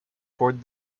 toward